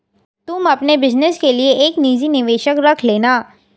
तुम अपने बिज़नस के लिए एक निजी निवेशक रख लेना